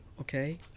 Okay